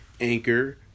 Anchor